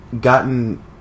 gotten